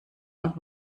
und